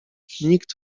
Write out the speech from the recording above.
nikt